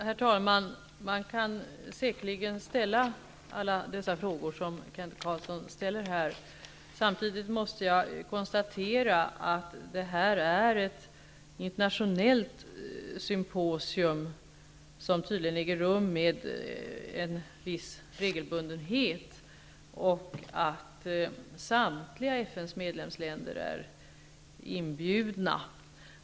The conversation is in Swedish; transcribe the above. Herr talman! Man kan säkerligen ställa alla de frågor som Kent Carlsson här ställer. Samtidigt måste jag konstatera att detta är ett internationellt symposium, som tydligen äger rum med en viss regelbundenhet. Samtliga FN:s medlemsländer är inbjudna.